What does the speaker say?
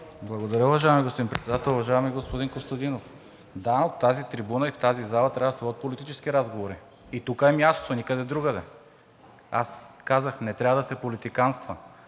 Благодаря, уважаеми господин Председател. Уважаеми господин Костадинов, да, от тази трибуна и в тази зала трябва да се водят политически разговори и тук е мястото – никъде другаде. Казах: не трябва да се политиканства